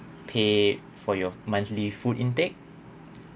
pay for your monthly food intake